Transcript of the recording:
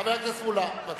חבר הכנסת מולה, בבקשה.